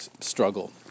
struggle